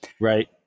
right